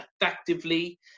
effectively